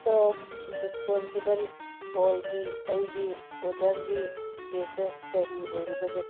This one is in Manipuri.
ꯆꯣꯛ ꯗꯤꯁꯄꯣꯁꯤꯕꯜ ꯕꯣꯜꯒꯤ ꯑꯩꯒꯤ ꯑꯣꯔꯗꯔꯒꯤ ꯏꯁꯇꯦꯇꯁ ꯀꯔꯤ ꯑꯣꯏꯔꯤꯕꯒꯦ